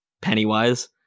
pennywise